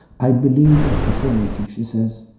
i believe in eternity she says,